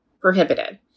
prohibited